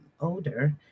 older